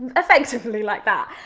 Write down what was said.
effectively like that.